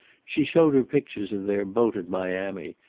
she showed her pictures of their boat at miami,